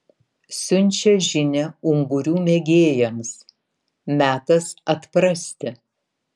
siunčia žinią ungurių mėgėjams metas atprasti